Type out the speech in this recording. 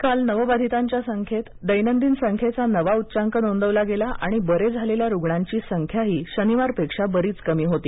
काल नवबाधितांच्या दैनदिन संख्येचा नवा उच्चांक नोंदवला गेला आणि बरे झालेल्या रुग्णांची संख्याही शनिवारपेक्षा बरीच कमी होती